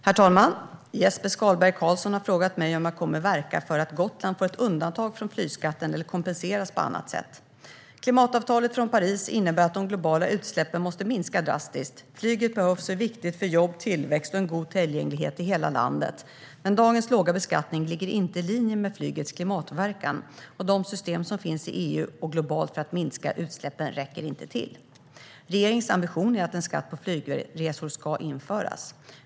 Herr talman! Jesper Skalberg Karlsson har frågat mig om jag kommer att verka för att Gotland får ett undantag från flygskatten eller kompenseras på annat sätt. Klimatavtalet från Paris innebär att de globala utsläppen måste minska drastiskt. Flyget behövs och är viktigt för jobb, tillväxt och en god tillgänglighet i hela landet. Men dagens låga beskattning ligger inte i linje med flygets klimatpåverkan, och de system som finns i EU och globalt för att minska utsläppen räcker inte till. Regeringens ambition är att en skatt på flygresor ska införas.